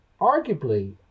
arguably